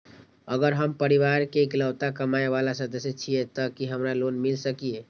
अगर हम परिवार के इकलौता कमाय वाला सदस्य छियै त की हमरा लोन मिल सकीए?